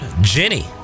Jenny